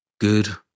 Good